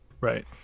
Right